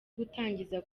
gutangiza